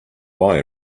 buy